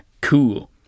Cool